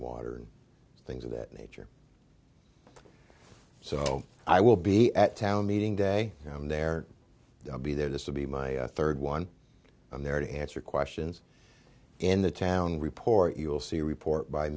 water and things of that nature so i will be at town meeting day i'm there i'll be there this will be my third one i'm there to hansard questions and the town report you'll see a report by